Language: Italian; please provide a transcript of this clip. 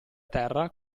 terra